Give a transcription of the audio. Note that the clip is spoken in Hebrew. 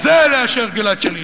זה לאשר את גלעד שליט.